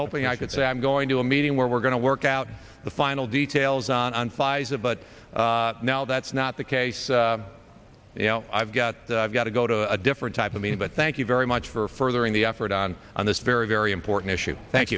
hoping i could say i'm going to a meeting where we're going to work out the final details on pfizer but now that's not the case you know i've got to go to a different type of mean but thank you very much for furthering the effort on on this very very important issue thank